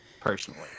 personally